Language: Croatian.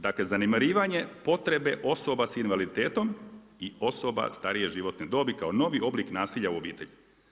Dakle zanemarivanje potrebe osobe s invaliditetom i osoba starije životne dobi kao novi oblik nasilja u obitelji.